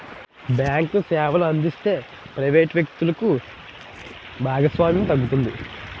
bank సేవలు అందిస్తే private వ్యక్తులు భాగస్వామ్యం తగ్గుతుంది